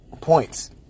Points